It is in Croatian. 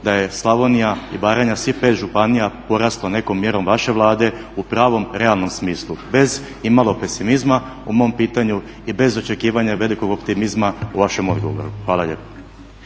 da je Slavonija i Baranja, svih pet županija poraslo nekom mjerom vaše Vlade u pravom realnom smislu, bez imalo pesimizma u mom pitanju i bez očekivanja velikog optimizma u vašem odgovoru. Hvala lijepa.